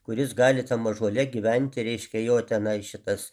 kuris gali tam ąžuole gyventi reiškia jo tenai šitas